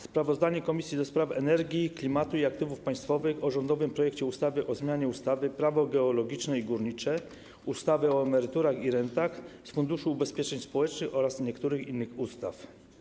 Sprawozdanie Komisji do Spraw Energii, Klimatu i Aktywów Państwowych o rządowym projekcie ustawy o zmianie ustawy - Prawo geologiczne i górnicze, ustawy o emeryturach i rentach z Funduszu Ubezpieczeń Społecznych oraz niektórych innych ustaw.